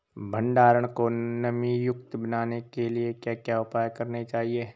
भंडारण को नमी युक्त बनाने के लिए क्या क्या उपाय करने चाहिए?